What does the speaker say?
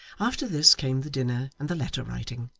after this, came the dinner and the letter writing,